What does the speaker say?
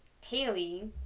Haley